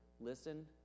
listen